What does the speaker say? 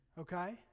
Okay